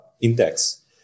index